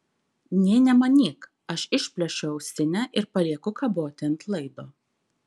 nė nemanyk aš išplėšiu ausinę ir palieku kaboti ant laido